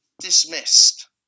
dismissed